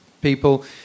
people